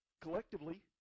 collectively